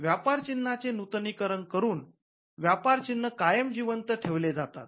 व्यापार चिन्हाचे नूतनीकरण करून व्यापार चिन्ह कायम जिवंत ठेवले जातात